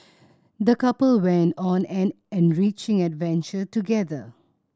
the couple went on an enriching adventure together